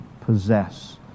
possess